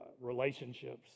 relationships